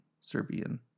Serbian